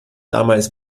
damals